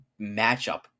matchup